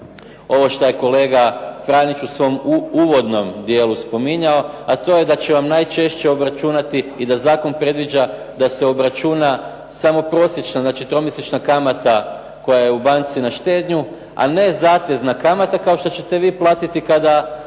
ovo što je kolega Franić u svom uvodnom dijelu spominjao, a to je da će vam najčešće obračunati i da zakon predviđa da se obračuna samo prosječna, znači tromjesečna kamata koja je u banci na štednju, a ne zatezna kamata, kao što ćete vi platiti kada